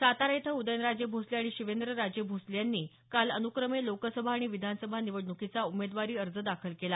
सातारा इथं उदयनराजे भोसले आणि शिवेंद्रराजे भोसले यांनी काल अनुक्रमे लोकसभा आणि विधानसभा निवडणुकीचा उमेदवारी अर्ज दाखल केला